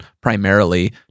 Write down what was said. primarily